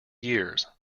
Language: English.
years